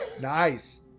Nice